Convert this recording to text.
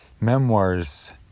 memoirs